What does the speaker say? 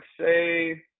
say